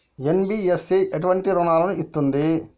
NBFC ఎటువంటి రుణాలను ఇస్తుంది?